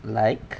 like